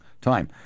time